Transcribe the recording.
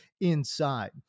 inside